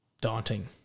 daunting